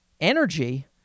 energy